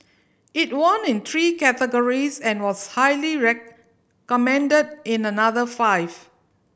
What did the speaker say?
it won in three categories and was highly recommended in another five